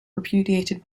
repudiated